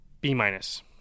B-minus